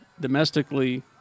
domestically